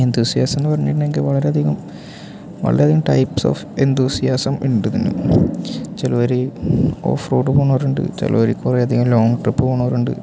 enthusiasm എന്ന് പറഞ്ഞ് കഴിഞ്ഞിട്ടുണ്ടെങ്കിൽ വളരെ അധികം ടൈപ്പ്സ് ഓഫ് എന്തുസിയാസം ഉണ്ട് അതിന് ചിലവർ ഓഫ് റോഡ് പോണവരുണ്ട് ചിലവർ കുറേ അധികം ലോങ്ങ് ട്രിപ്പ് പോണവരുണ്ട്